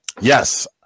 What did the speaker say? Yes